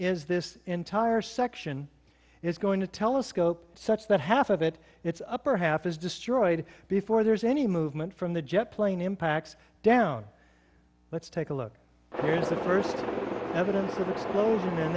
is this entire section is going to telescope such that half of it its upper half is destroyed before there's any movement from the jet plane impacts down let's take a look at the first evidence of the blows and